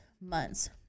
months